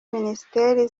minisiteri